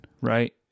right